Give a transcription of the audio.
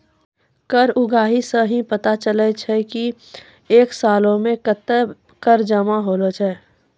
कर उगाही सं ही पता चलै छै की एक सालो मे कत्ते कर जमा होलो छै